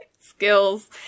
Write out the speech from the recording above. Skills